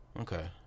Okay